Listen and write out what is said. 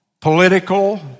political